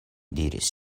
diris